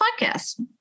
podcast